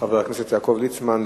חבר הכנסת יעקב ליצמן,